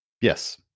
Yes